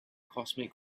cosmic